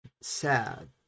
sad